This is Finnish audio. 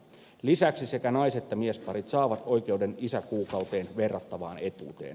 lisäksi sekä nais että miesparit saavat oikeuden isäkuukauteen verrattavaan etuuteen